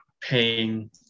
paying